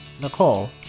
Nicole